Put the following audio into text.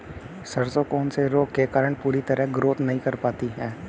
सरसों कौन से रोग के कारण पूरी तरह ग्रोथ नहीं कर पाती है?